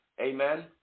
Amen